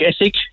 ethic